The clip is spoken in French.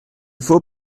faut